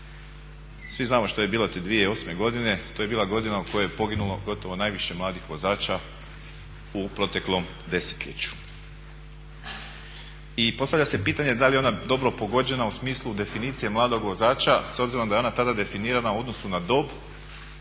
Svi znamo što je bilo te 2008. godine, to je bila godina u kojoj je poginulo gotovo najviše mladih vozača u proteklom desetljeću. I postavlja se pitanje da li je ona dobro pogođena u smislu definicije mladog vozača s obzirom da je ona tada definirana u odnosu na dob